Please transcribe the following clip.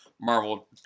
Marvel